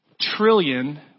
trillion